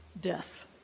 death